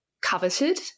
coveted